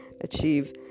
achieve